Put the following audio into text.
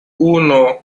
uno